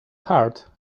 hard